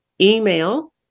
email